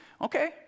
okay